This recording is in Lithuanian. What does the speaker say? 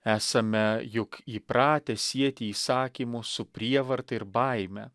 esame juk įpratę sieti įsakymus su prievarta ir baime